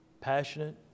Passionate